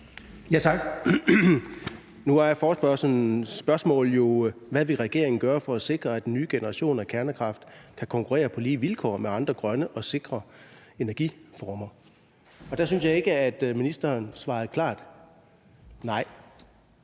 Tak. Nu er forespørgslens spørgsmål jo: »Hvad vil regeringen gøre for at sikre, at den nye generation af kernekraft kan konkurrere på lige vilkår med andre grønne og sikre energiformer?« Der synes jeg ikke, at ministeren svarede klart nej,